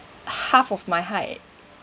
half of my height